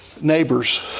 neighbors